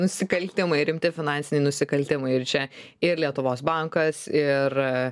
nusikaltimai rimti finansiniai nusikaltimai ir čia ir lietuvos bankas ir